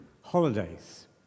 Holidays